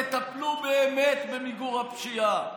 תטפלו באמת במיגור הפשיעה.